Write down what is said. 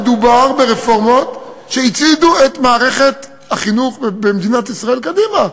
מדובר ברפורמות שהצעידו את מערכת החינוך במדינת ישראל קדימה.